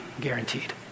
guaranteed